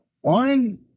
one